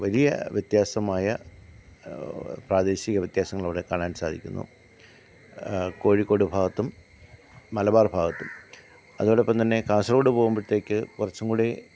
വലിയ വ്യത്യാസമായ പ്രാദേശിക വ്യത്യാസങ്ങളവിടെ കാണാൻ സാധിക്കുന്നു കോഴിക്കോട് ഭാഗത്തും മലബാർ ഭാഗത്തും അതോടൊപ്പം തന്നെ കാസർഗോഡ് പോകുമ്പോഴത്തേക്ക് കുറച്ചും കൂടി